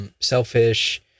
selfish